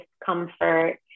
discomfort